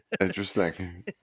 Interesting